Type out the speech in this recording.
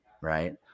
right